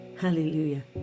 Hallelujah